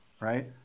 right